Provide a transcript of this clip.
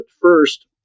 first